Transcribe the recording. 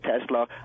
Tesla